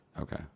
Okay